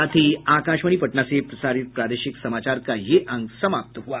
इसके साथ ही आकाशवाणी पटना से प्रसारित प्रादेशिक समाचार का ये अंक समाप्त हुआ